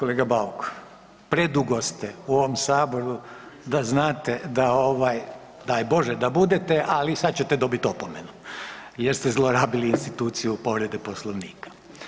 Kolega Bauk, predugo ste u ovom saboru da znate da ovaj daj Bože da budete, ali sad ćete dobiti opomenu jer ste zlorabili instituciju povrede Poslovnika.